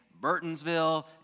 Burtonsville